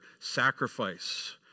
sacrifice